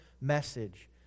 message